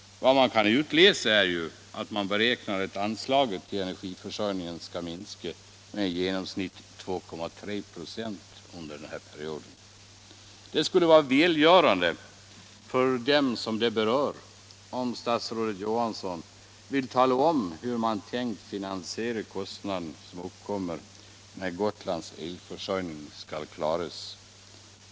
Vad jag kan utläsa är att man beräknar att anslaget till energiförsörjningen skall minska med i genomsnitt 2,3 96 under denna period. Det skulle vara välgörande för dem det berör om statsrådet Johansson ville tala om hur man tänkt finansiera kostnaderna som uppkommer när Gotlands elförsörjning skall klaras.